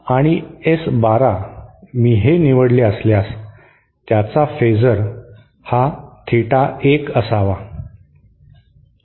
आणि S 1 2 मी हे निवडले असल्यास आणि त्याचा फेजर हा थीटा 1 असावा